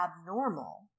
abnormal